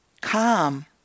Calm